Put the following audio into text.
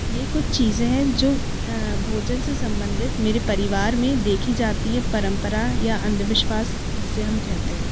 ये कुछ चीज़ें हैं जो भोजन से संबन्धित मेरे परिवार में देखी जाती है परंपरा या अंधविश्वास जिसे हम कहते हैं